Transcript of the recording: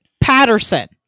Patterson